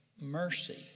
Mercy